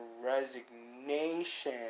resignation